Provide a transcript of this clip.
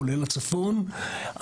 כולל הצפון,